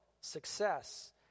success